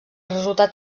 resultat